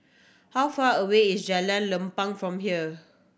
how far away is Jalan Lapang from here